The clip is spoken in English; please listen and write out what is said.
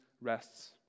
rests